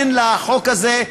אין לחוק הזה,